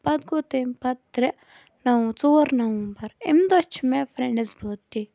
پَتہٕ گوٚو تمہِ پَتہٕ ترٛےٚ نَوَم ژور نَوَمبَر امہِ دۄہ چھُ مےٚ فرینڈس بٔرٕتھ ڈے